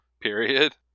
period